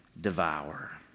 devour